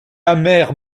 amère